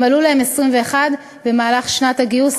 ואם מלאו להם 21 במהלך שנת הגיוס,